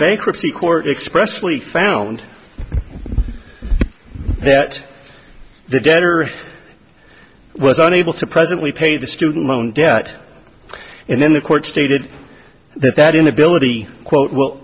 bankruptcy court expressly found that the debtor was unable to presently pay the student loan debt and then the court stated that that inability quote will